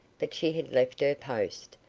but she had left her post,